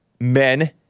men